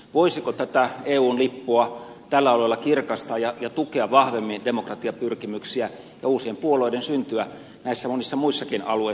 voisiko tätä eun lippua tällä alueella kirkastaa ja tukea vahvemmin demokratiapyrkimyksiä ja uusien puolueiden syntyä näillä monilla muillakin alueilla ei vain syyriassa